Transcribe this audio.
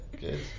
good